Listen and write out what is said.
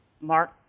Mark